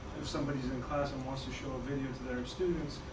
if somebody's in class and wants to show a video to their students,